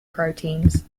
proteins